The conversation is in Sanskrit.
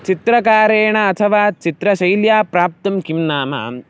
चित्रकारेण अथवा चित्रशैल्या प्राप्तुं किं नाम